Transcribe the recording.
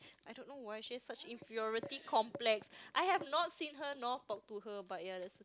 I don't why she has such inferiority complex I have not seen her nor talk to her but ya that